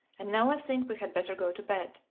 and now i think we had better go to bed.